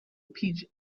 peach